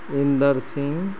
Inder Singh